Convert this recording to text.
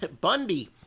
Bundy